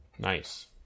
Nice